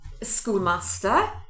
schoolmaster